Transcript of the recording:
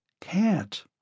Can't